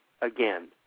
again